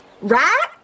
Right